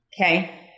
Okay